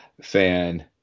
fan